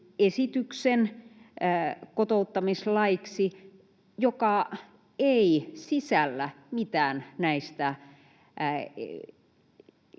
esityksen kotouttamislaiksi, joka ei sisällä mitään näistä